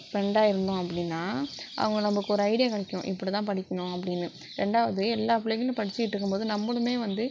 ஃப்ரெண்டாக இருந்தோம் அப்படின்னா அவங்க நமக்கு ஒரு ஐடியா கிடைக்கும் இப்படிதான் படிக்கணும் அப்படின்னு ரெண்டாவது எல்லா பிள்ளைங்களும் படிச்சுட்டு இருக்கும் போது நம்மளுமே வந்து